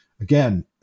Again